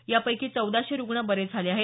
यापैकी चौदाशे रुग्ण बरे झाले आहेत